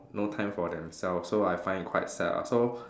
no time for themselves so I find it quite sad ah so